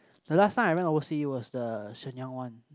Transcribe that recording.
the last time I went overseas was the Shenyang one